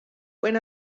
when